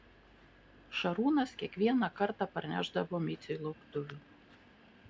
šarūnas kiekvieną kartą parnešdavo miciui lauktuvių